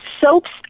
soaps